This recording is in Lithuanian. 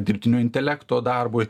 dirbtinio intelekto darbui